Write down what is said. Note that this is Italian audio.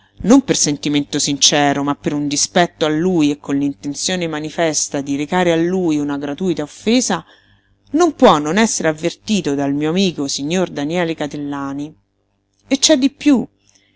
non per sentimento sincero ma per un dispetto a lui e con l'intenzione manifesta di recare a lui una gratuita offesa non può non essere avvertito dal mio amico signor daniele catellani e c'è di piú